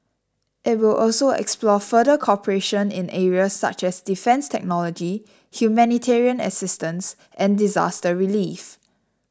it will also explore further cooperation in areas such as defence technology humanitarian assistance and disaster relief